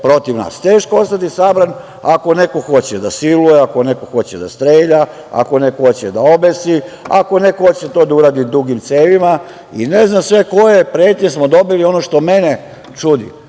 je ostati sabran ako neko hoće da siluje, ako neko hoće da strelja, ako neko hoće da obesi, ako neko hoće to da uradi dugim cevima i ne znam sve koje pretnje smo dobili. Ono što mene čudi,